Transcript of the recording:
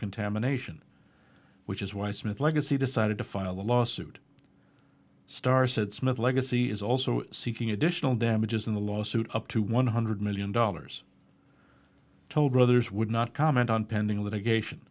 contamination which is why smith legacy decided to file a lawsuit starr said smith legacy is also seeking additional damages in the lawsuit up to one hundred million dollars told others would not comment on pending litigation